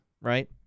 right